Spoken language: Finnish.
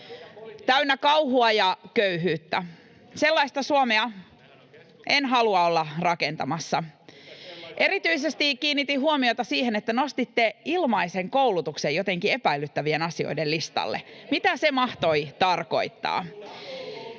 [Jukka Gustafsson: Eikä sellaista ole!] Erityisesti kiinnitin huomiota siihen, että nostitte ilmaisen koulutuksen jotenkin epäilyttävien asioiden listalle. Mitä se mahtoi tarkoittaa?